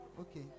okay